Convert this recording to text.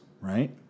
right